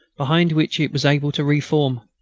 behind which it was able to re-form.